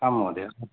आं महोदये